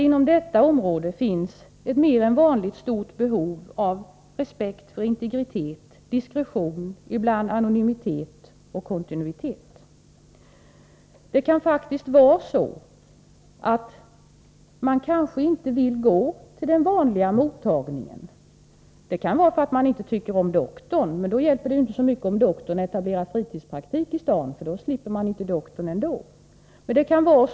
Inom detta område finns ju ett mer än vanligt stort behov av respekt för integritet och diskretion och ibland anonymitet och kontinuitet. Det kan faktiskt vara så att man inte vill gå till den vanliga mottagningen. Det kan vara för att man inte tycker om doktorn, och då hjälper det inte så mycket om doktorn etablerar fritidspraktik i stan — man slipper inte doktorn i alla fall.